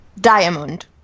Diamond